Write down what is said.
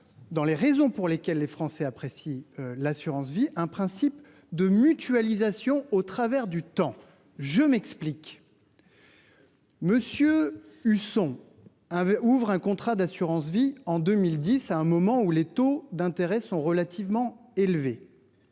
Dans les raisons pour lesquelles les Français apprécient l'assurance vie, un principe de mutualisation au travers du temps. Je m'explique. Monsieur Husson. Avait ouvre un contrat d'assurance-vie en 2010, à un moment où les taux d'intérêt sont relativement élevés.